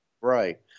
right